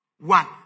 one